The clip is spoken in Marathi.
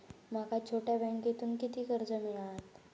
माका छोट्या बँकेतून किती कर्ज मिळात?